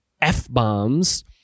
F-bombs